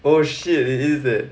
oh shit it is it